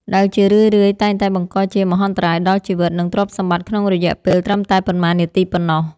ដែលជារឿយៗតែងតែបង្កជាមហន្តរាយដល់ជីវិត និងទ្រព្យសម្បត្តិក្នុងរយៈពេលត្រឹមតែប៉ុន្មាននាទីប៉ុណ្ណោះ។